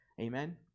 Amen